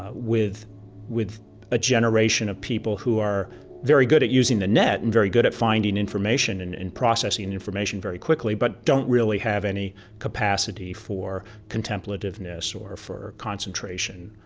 ah with with a generation of people who are very good at using the net and very good at finding information and and processing and information very quickly, but don't really have any capacity for contemplativeness, or for concentration,